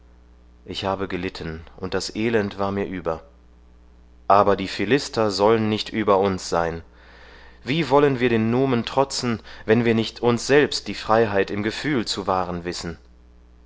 ich habe gelitten und das elend war über mir aber die philister sollen nicht über uns sein wie wollen wir den numen trotzen wenn wir nicht uns selbst die freiheit im gefühl zu wahren wissen